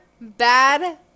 bad